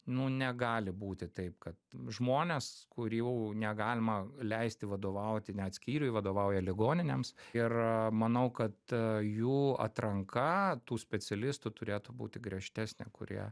nu negali būti taip kad žmonės kurių negalima leisti vadovauti net skyriui vadovauja ligoninėms ir manau kad jų atranka tų specialistų turėtų būti griežtesnė kurie